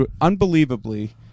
unbelievably